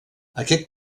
aquest